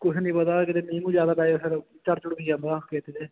ਕੁਛ ਨਹੀਂ ਪਤਾ ਕਿਤੇ ਮੀਂਹ ਮੂੰਹ ਜ਼ਿਆਦਾ ਪੈ ਜਾਵੇ ਫਿਰ ਝੜ ਝੁੜ ਵੀ ਜਾਂਦਾ ਖੇਤ 'ਚ